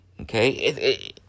okay